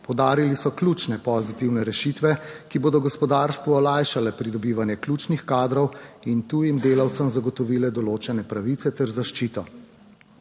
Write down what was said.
Poudarili so ključne pozitivne rešitve, ki bodo gospodarstvu olajšale pridobivanje ključnih kadrov in tujim delavcem zagotovile določene pravice ter zaščito.